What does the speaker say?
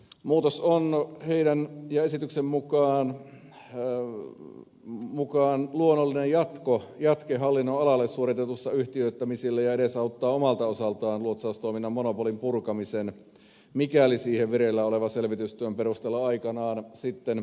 muutos on luotsausliikelaitoksen ja esityksen mukaan luonnollinen jatke hallinnonalalla suoritetuille yhtiöittämisille ja edesauttaa omalta osaltaan luotsaustoiminnan monopolin purkamisessa mikäli siihen vireillä olevan selvitystyön perusteella aikanaan päädytään